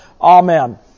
Amen